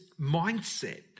mindset